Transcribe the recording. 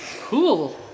Cool